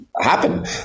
happen